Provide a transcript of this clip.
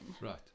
right